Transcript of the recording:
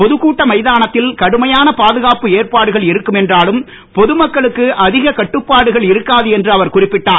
பொதுக்கூட்ட மைதானத்தில் கடுமையான பாதுகாப்பு ஏற்பாடுகள் இருக்கும் என்டிலும் பொதுமக்களுக்கு அதிக கட்டுப்பாடுகள் இருக்காது என்று அவர் குறிப்பிட்டார்